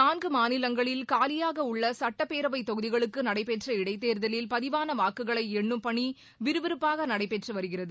நான்கு மாநிலங்களில் காலியாக உள்ள சட்டப்பேரவை தொகுதிகளுக்கு நடைபெற்ற இடைத்தேர்தலில் பதிவான வாக்குகளை எண்ணும் பணி விறுவிறுப்பாக நடைபெற்று வருகிறது